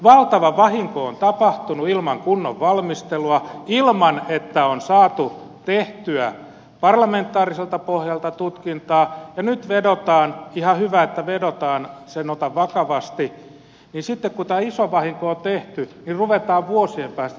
valtava vahinko on tapahtunut ilman kunnon valmistelua ilman että on saatu tehtyä parlamentaariselta pohjalta tutkintaa ja nyt vedotaan ihan hyvä että vedotaan sen otan vakavasti että sitten kun tämä iso vahinko on tehty niin ruvetaan vuosien päästä tekemään paremmin